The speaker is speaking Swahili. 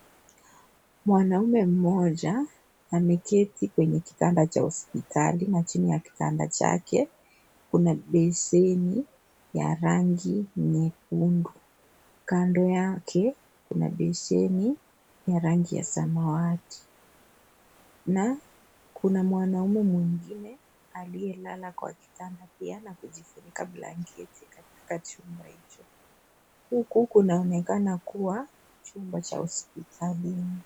Mwanaume mmoja, ameketi kwenye kitanda cha hosipitali. Na chini ya kitanda chake, kuna besheni ya rangi nyekundu. Kando yake, kuna besheni ya rangi ya samawati. Na kuna mwanaume mwingine, aliyelala kwa kitanda pia ,na kujifunika kwa blanketi, katika chumba hicho. Huku kunaonekana kuwa chumba cha hospitalini.